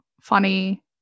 funny